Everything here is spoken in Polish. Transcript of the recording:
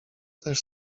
też